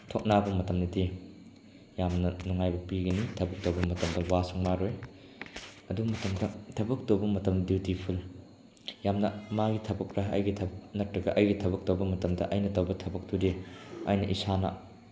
ꯊꯣꯛꯅꯕ ꯃꯇꯝꯗꯗꯤ ꯌꯥꯝꯅ ꯅꯨꯡꯉꯥꯏꯕ ꯄꯤꯒꯅꯤ ꯊꯕꯛ ꯇꯧꯕ ꯃꯇꯝꯗ ꯋꯥꯁꯨ ꯋꯥꯔꯣꯏ ꯑꯗꯨ ꯃꯇꯝꯗ ꯊꯕꯛ ꯇꯧꯕ ꯃꯇꯝꯗ ꯗ꯭ꯌꯨꯇꯤꯐꯨꯜ ꯌꯥꯝꯅ ꯃꯥꯒꯤ ꯊꯕꯛ ꯅꯠꯇ꯭ꯔꯒ ꯑꯩꯒꯤ ꯊꯕꯛ ꯇꯧꯕ ꯃꯇꯝꯗ ꯑꯩꯒꯤ ꯊꯕꯛꯇꯨꯗꯤ ꯑꯩꯅ ꯏꯁꯥꯅ